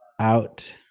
out